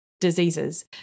diseases